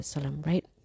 right